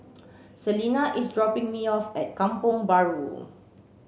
Selena is dropping me off at Kampong Bahru